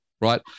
right